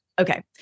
Okay